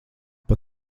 pat